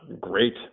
great